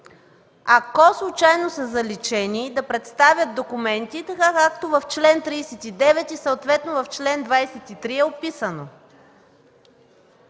ако случайно са заличени, да представят документи така, както в чл. 39 и съответно в чл. 23 е описано.